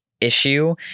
issue